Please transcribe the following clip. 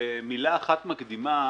מילה אחת מקדימה,